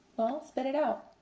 well, spit it out,